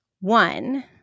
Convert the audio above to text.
One